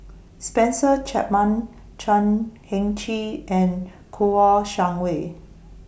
Spencer Chapman Chan Heng Chee and Kouo Shang Wei